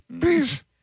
please